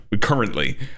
currently